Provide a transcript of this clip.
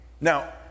now